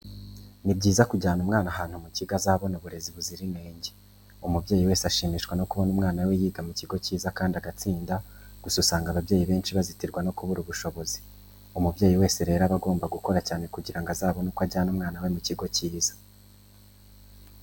Ni byiza kujyana umwana ahantu mu kigo azabona uburezi buzira inenge. Umubyeyi wese ashimishwa no kubona umwana we yiga mu kigo cyiza kandi agatsinda, gusa usanga ababyeyi benshi bazitirwa no kubura ubushobozi. Umubyeyi wese rero aba agomba gukora cyane kugira ngo abone uko ajyana umwana we mu kigo cyiza.